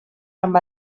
amb